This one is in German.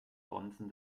bonzen